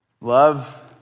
Love